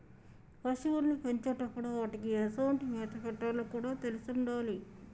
పశువుల్ని పెంచేటప్పుడు వాటికీ ఎసొంటి మేత పెట్టాలో కూడా తెలిసుండాలి